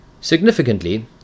Significantly